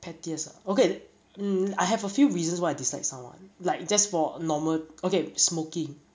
pettiest okay um I have a few reasons why I dislike someone like just for normal okay smoking